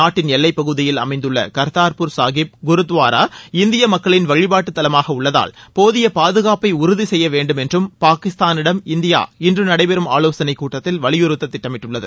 நாட்டின் எல்லைப் பகுதியில் அமைந்துள்ள கர்தார்பூர் சாஹிப் குருத்வாரா இந்திய மக்களின் வழிபாட்டுத்தலமாக உள்ளதால் போதிய பாதுகாப்பை உறுதி செய்ய வேண்டும் என்றும் பாகிஸ்தானிடம் இந்தியா இன்று நடைபெறும் ஆலோசனைக் கூட்டத்தில் வலியுறுத்த திட்டமிட்டுள்ளது